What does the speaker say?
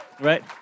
right